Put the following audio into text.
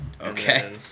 Okay